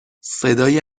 صدای